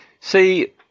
See